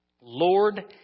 Lord